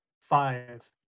five